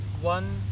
one